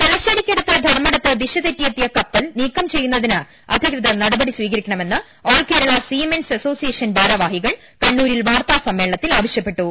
തലശ്ശേരിക്കടുത്ത് ധർമ്മടത്ത് ദിശതെറ്റി എത്തിയ കപ്പൽ നീക്കം ചെയ്യുന്നതിന് അധികൃതർ നടപടി സ്വീകരിക്കണമെന്ന് ഓൾ കേരള സീമെൻസ് അസോസിയേഷൻ ഭാരവാഹികൾ കണ്ണൂരിൽ വാർത്താ സമ്മേളനത്തിൽ ആവശ്യപ്പെട്ടു